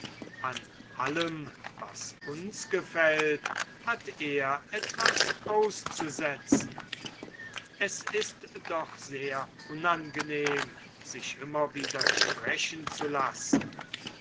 an allem was uns gefällt hat er etwas auszusetzen es ist doch sehr unangenehm sich immer widersprechen zu lassen